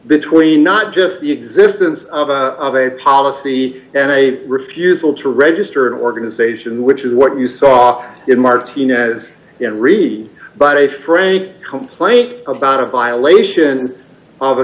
between not just the existence of a of a policy and a refusal to register an organization which is what you saw in martinez and read but a frank complaint about a violation of a